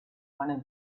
meiner